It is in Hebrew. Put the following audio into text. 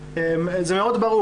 זה מאוד ברור,